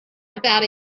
about